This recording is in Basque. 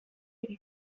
ere